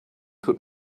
put